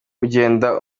ugenda